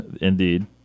Indeed